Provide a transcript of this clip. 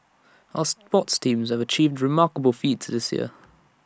our sports teams have achieved remarkable feats this year